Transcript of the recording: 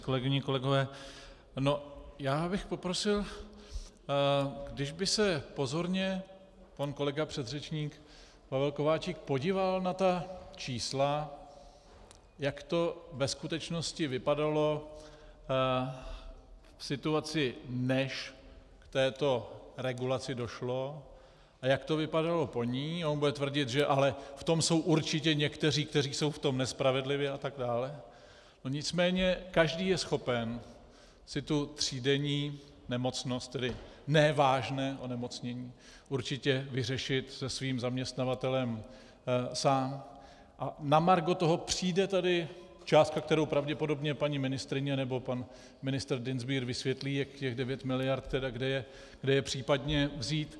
Kolegyně, kolegové, já bych poprosil, kdyby se pozorně pan kolega předřečník Pavel Kováčik podíval na ta čísla, jak to ve skutečnosti vypadalo v situaci, než k této regulaci došlo, a jak to vypadalo po ní, a on bude tvrdit, že ale v tom jsou určitě někteří, kteří jsou v tom nespravedlivě atd., nicméně každý je schopen si třídenní nemocnost, tedy ne vážné onemocnění, určitě vyřešit se svým zaměstnavatelem sám a na margo toho přijde tedy částka, kterou pravděpodobně paní ministryně nebo pan ministr Dienstbier vysvětlí, kde těch 9 mld. případně vzít.